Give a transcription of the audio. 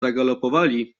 zagalopowali